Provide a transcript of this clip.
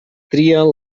trien